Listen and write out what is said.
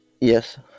yes